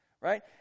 right